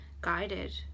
guided